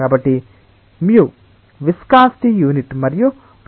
కాబట్టి μ viscosity unit మరియు ρ Kgm3